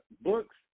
Books